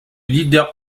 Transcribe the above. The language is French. leader